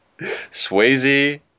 Swayze